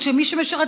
אז שמי שמשרת,